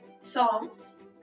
songs